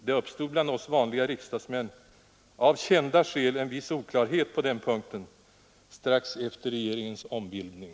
Det uppstod bland oss vanliga riksdagsmän av kända skäl en viss oklarhet på den punkten strax efter regeringens ombildning.